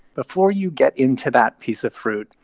before you get into that piece of fruit,